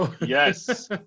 Yes